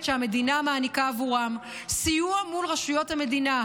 שהמדינה מעניקה עבורם: סיוע מול רשויות המדינה,